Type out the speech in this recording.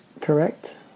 correct